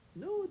No